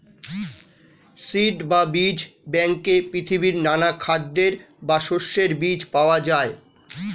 seed বা বীজ ব্যাংকে পৃথিবীর নানা খাদ্যের বা শস্যের বীজ পাওয়া যায়